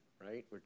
right